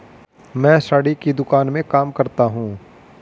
मैं साड़ी की दुकान में काम करता हूं